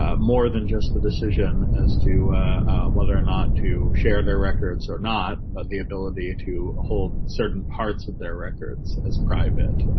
ah more than just the decision as to whether or not to share their records or not but the ability to hold certain parts of their records as private,